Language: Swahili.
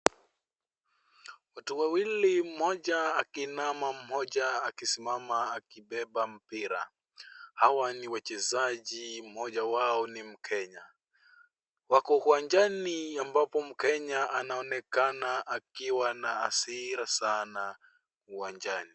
Watu wawili mmoja akiinama mmoja akisimama akibeba mpira hawa ni wachezaji mmoja wao ni mkenya .Wako uwanjani ambapo mkenya anaonekana akiwa na hasira sana uwanjani.